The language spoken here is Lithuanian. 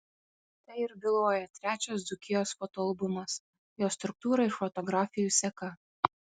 tai ir byloja trečias dzūkijos fotoalbumas jo struktūra ir fotografijų seka